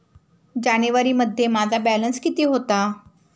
जानेवारीमध्ये माझा बॅलन्स किती होता?